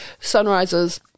sunrises